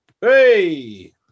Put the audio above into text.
Hey